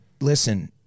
listen